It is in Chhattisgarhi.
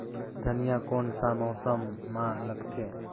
धनिया कोन सा मौसम मां लगथे?